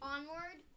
Onward